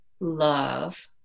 love